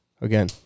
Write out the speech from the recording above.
Again